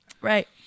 Right